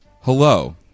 Hello